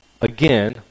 again